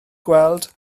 gweld